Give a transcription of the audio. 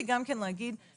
אין אוטומט במדינת ישראל.